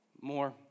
more